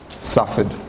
suffered